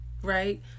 Right